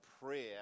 prayer